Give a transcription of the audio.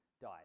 died